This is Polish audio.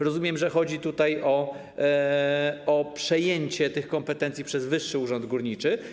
Rozumiem, że chodzi tutaj o przejęcie tych kompetencji przez Wyższy Urząd Górniczy.